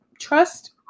Trust